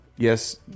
Yes